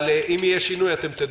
אבל אם יהיה שינוי, אתם תדעו.